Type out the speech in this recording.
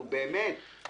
נו, באמת.